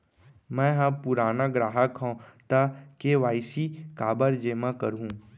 मैं ह पुराना ग्राहक हव त के.वाई.सी काबर जेमा करहुं?